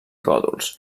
còdols